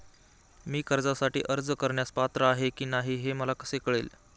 मी कर्जासाठी अर्ज करण्यास पात्र आहे की नाही हे मला कसे कळेल?